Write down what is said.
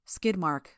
Skidmark